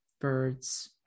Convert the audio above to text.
Birds